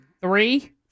three